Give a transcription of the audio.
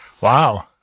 Wow